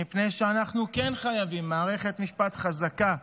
מפני שאנחנו חייבים מערכת משפט חזקה,